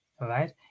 right